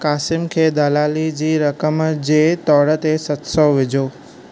क़ासिम खे दलालीअ जी रक़म जे तौर ते सत सौ विझो